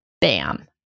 bam